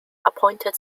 appointed